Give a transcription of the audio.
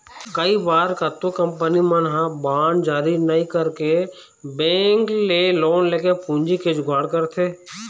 कई बार कतको कंपनी मन ह बांड जारी नइ करके बेंक ले लोन लेके पूंजी के जुगाड़ करथे